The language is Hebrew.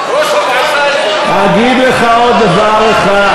ראש המועצה האזורית, אגיד לך עוד דבר אחד: